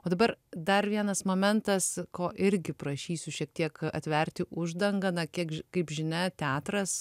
o dabar dar vienas momentas ko irgi prašysiu šiek tiek atverti uždangą na kiek kaip žinia teatras